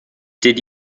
did